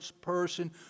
Person